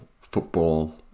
football